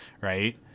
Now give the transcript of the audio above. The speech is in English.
right